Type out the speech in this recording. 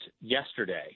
yesterday